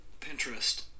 Pinterest